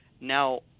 now